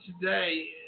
today